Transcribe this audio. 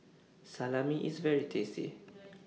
Salami IS very tasty